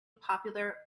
popular